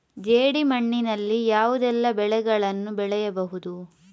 ಜೇಡಿ ಮಣ್ಣಿನಲ್ಲಿ ಯಾವುದೆಲ್ಲ ಬೆಳೆಗಳನ್ನು ಬೆಳೆಯಬಹುದು?